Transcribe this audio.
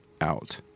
out